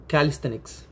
Calisthenics